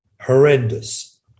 horrendous